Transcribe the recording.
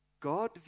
God